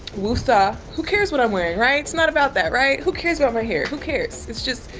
we'll stop. who cares what i'm wearing, right. it's not about that, right? who cares about my hair? who cares? it's just,